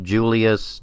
Julius